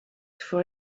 for